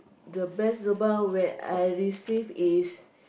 the best lobang where I receive is